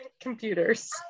computers